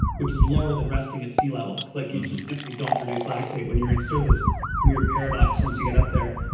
which is lower than resting at sea level. it's like you just simply don't produce lactate when you're in sort of this weird paradox once you get up there.